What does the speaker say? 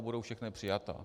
Budou všechny přijaty.